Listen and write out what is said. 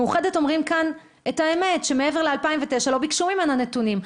מאוחדת אומרים כאן את האמת: שמעבר ל-2009 לא ביקשו מהם נתונים.